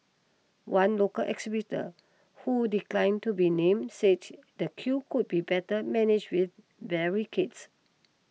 one local exhibitor who declined to be named said the queue could be better managed with barricades